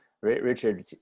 richard